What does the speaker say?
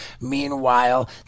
meanwhile